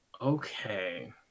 Okay